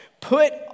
Put